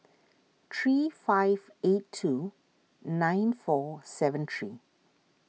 three five eight two nine four seven three